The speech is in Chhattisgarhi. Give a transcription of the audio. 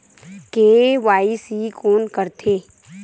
के.वाई.सी कोन करथे?